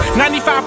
95%